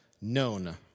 known